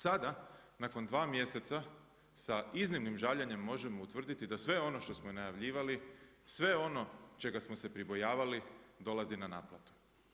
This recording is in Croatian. Sada, nakon 2 mjeseca, sa iznimnim žaljenjem možemo utvrditi da sve ono što smo i najavljivali, sve ono čega smo se pribojavali, dolazi na naplatu.